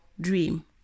dream